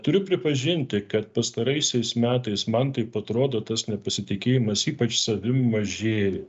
turiu pripažinti kad pastaraisiais metais man taip atrodo tas nepasitikėjimas ypač savim mažėja